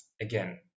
again